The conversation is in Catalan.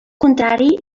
contrari